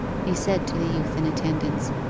he said to the youth in attendance,